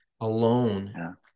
alone